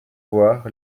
voir